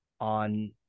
on